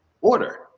order